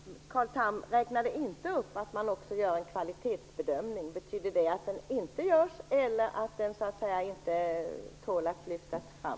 Fru talman! Carl Tham räknade inte upp att man också gör en kvalitetsbedömning. Betyder det att en sådan inte görs eller att den så att säga inte tål att lyftas fram?